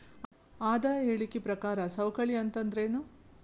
ಆದಾಯ ಹೇಳಿಕಿ ಪ್ರಕಾರ ಸವಕಳಿ ಅಂತಂದ್ರೇನು?